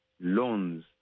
loans